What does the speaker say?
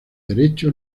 derecho